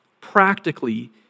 practically